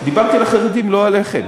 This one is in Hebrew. דיברתי על החרדים, לא עליכם.